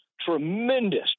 Tremendous